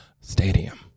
stadium